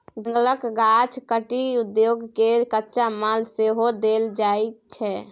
जंगलक गाछ काटि उद्योग केँ कच्चा माल सेहो देल जाइ छै